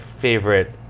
favorite